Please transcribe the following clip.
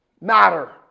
matter